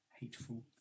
hateful